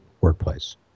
workplace